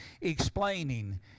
explaining